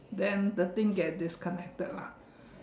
then the thing get disconnected lah